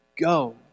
Go